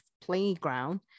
playground